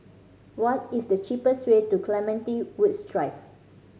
what is the cheapest way to Clementi Woods Drive